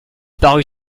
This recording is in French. parut